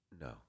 No